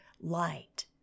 light